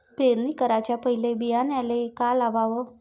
पेरणी कराच्या पयले बियान्याले का लावाव?